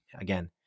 Again